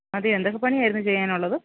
അതേ എന്തൊക്കെ പണിയായിരുന്നു ചെയ്യാൻ ഉള്ളത്